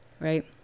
right